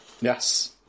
Yes